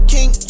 King